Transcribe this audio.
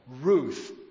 Ruth